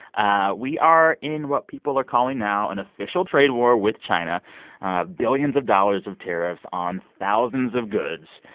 ah we are in what people are calling now an official trade war with china billions of dollars of tariffs on thousands of goods.